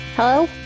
Hello